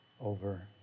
over